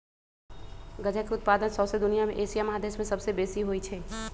गजा के उत्पादन शौसे दुनिया में एशिया महादेश में सबसे बेशी होइ छइ